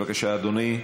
בבקשה, אדוני.